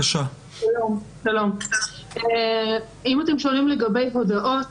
שלום, אם אתם שואלים לגבי הודעות,